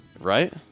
Right